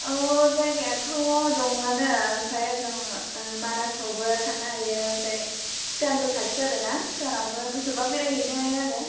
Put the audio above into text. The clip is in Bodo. औ जायगायाथ' दङवानो आमफ्राय जोङो उम मानासावबो थांनो हायो आमफ्राय भुटानबो खाथि जाबायना भुटानावबो गोसोबा बेरायहैनो हायो आरो